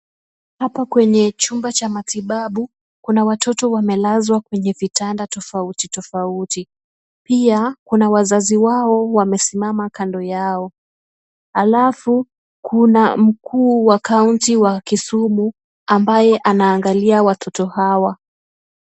Hapa kwenye chumba cha matibabu, kuna watoto wamelazwa kwenye vitanda tofauti tofauti. Pia, kuna wazazi wao wamesimama kando yao. Alafu, kuna mkuu wa county wa Kisumu, ambaye anaangalia watoto hawa.